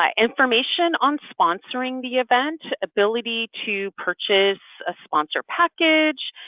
um information on sponsoring the event, ability to purchase a sponsor package,